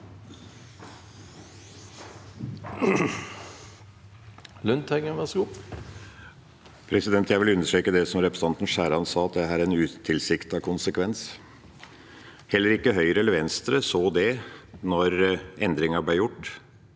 Jeg vil under- streke det representanten Skjæran sa om at dette er en utilsiktet konsekvens. Heller ikke Høyre eller Venstre så den da endringen ble gjort.